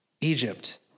Egypt